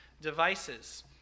Devices